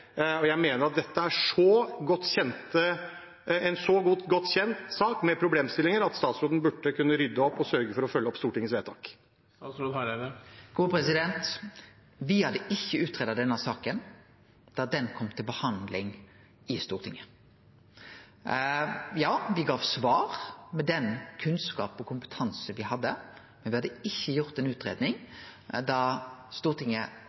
Jeg mener at dette er en så godt kjent sak med problemstillinger at statsråden burde kunne rydde opp og sørge for å følge opp Stortingets vedtak. Me hadde ikkje greidd ut denne saka da ho kom til behandling i Stortinget. Me gav svar ut frå den kunnskapen og kompetansen me hadde, men me hadde ikkje gjort ei utgreiing da Stortinget